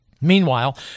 Meanwhile